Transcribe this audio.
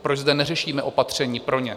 Proč zde neřešíme opatření pro ně?